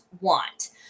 want